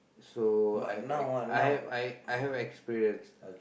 so I have ex~ I have I I have experience